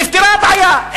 נפתרה הבעיה.